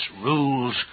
rules